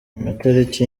amatariki